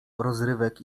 rozrywek